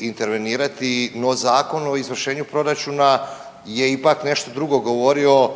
intervenirati, no Zakon o izvršenju proračuna je ipak nešto drugo govorio.